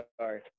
Sorry